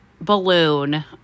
balloon